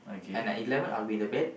and at eleven I'll be the bed